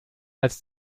als